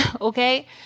okay